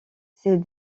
ses